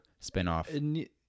spinoff